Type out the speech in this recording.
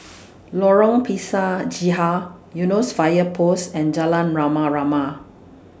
Lorong Pisang Hijau Eunos Fire Post and Jalan Rama Rama